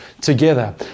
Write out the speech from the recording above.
together